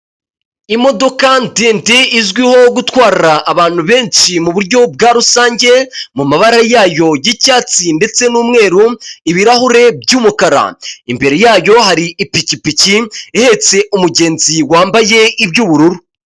Imodoka ndende izwiho gutwara abantu benshi muburyo bwa rusange mumabara yayo yi'cyatsi ndetse n'umweru ibirahure by'umukara imbere yacyo hari ipikipiki ihetse umugenzi wambaye iby'ubururu .